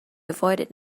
avoided